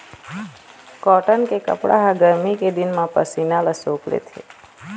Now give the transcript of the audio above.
cotton के कपड़ा ह गरमी के दिन म पसीना ल सोख लेथे